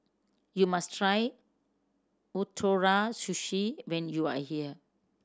you must try Ootoro Sushi when you are here